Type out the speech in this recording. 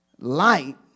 light